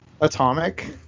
Atomic